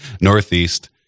northeast